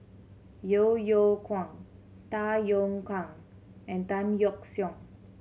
Yeo Yeow Kwang Tay Yong Kwang and Tan Yeok Seong